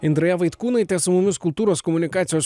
indraja vaitkūnaitė su mumis kultūros komunikacijos